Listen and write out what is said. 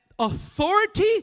Authority